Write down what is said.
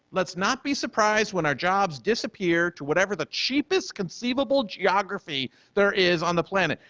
let's not be surprised when our jobs disappear to whatever the cheapest conceivable geography there is on the planet.